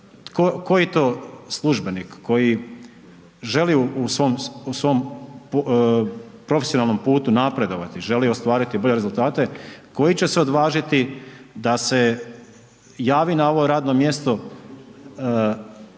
Koji to službenik koji želi u svom profesionalnom putu napredovati, želi ostvariti bolje rezultate koji će se odvažiti da se javi na ovo radno mjesto